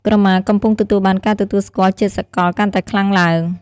ក្រមាកំពុងទទួលបាន ការទទួលស្គាល់ជាសកល កាន់តែខ្លាំងឡើង។